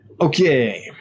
Okay